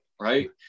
right